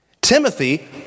Timothy